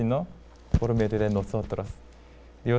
you know you